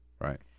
Right